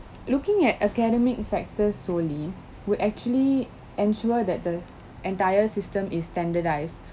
looking at academic factors solely would actually ensure that the entire system is standardized